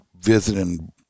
visiting